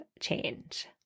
change